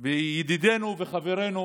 וידידנו וחברנו